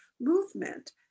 movement